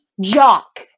jock